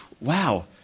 wow